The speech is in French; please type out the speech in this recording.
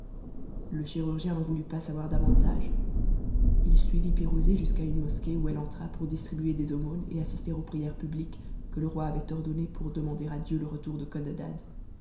le chirurgien n'en voulut pas savoir davantage h suivit pirouzé jusqu'à une mosquée où elle entra pour distribuer des aumônes et assister aux prières publiques que le roi avait ordonnées pour demander à dieu le retour de codadad